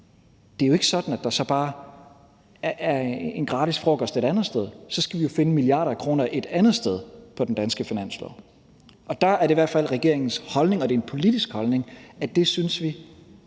det jo så ikke er sådan, at der bare er en gratis frokost et andet sted. Men så skal vi jo finde milliarder af kroner et andet sted på den danske finanslov, og der er det i hvert fald regeringens holdning – og det er en politisk holdning – at vi